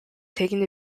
taken